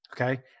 Okay